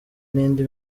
n’indi